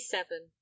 Seven